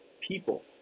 people